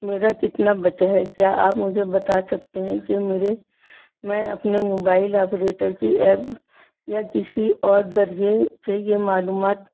میرا کتنا بچا ہے کیا آپ مجھے بتا سکتے ہیں کہ میرے میں اپنے موبائل آپریٹر کی ایپ یا کسی اور ذریعے سے یہ معلومات